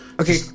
Okay